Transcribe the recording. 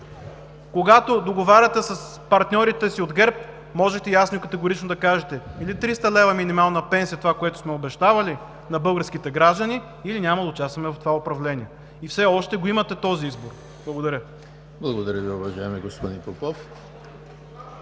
Когато договаряте с партньорите си от ГЕРБ, можете ясно и категорично да кажете: или 300 лв. минимална пенсия – това, което сме обещавали на българските граждани, или няма да участваме в това управление. И все още го имате този избор. Благодаря. (Председателят дава